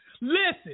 Listen